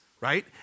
Right